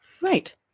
Right